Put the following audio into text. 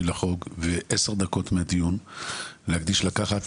ולהקדיש עשר דקות מהדיון כדי לקחת